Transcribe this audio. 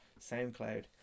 SoundCloud